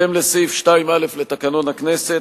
בהתאם לסעיף 2(א) לתקנון הכנסת,